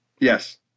Yes